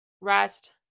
Rest